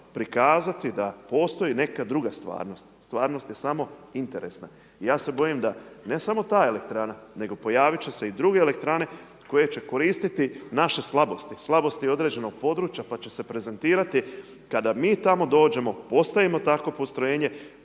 prikazati da postoji neka druga stvarnost. Stvarnost je samo interesna. I ja se bojim da ne samo ta elektrana nego pojaviti će se i druge elektrane koje će koristiti naše slabosti, slabosti određenog područja pa će se prezentirati, kada mi tamo dođemo, postavimo takvo postrojenje,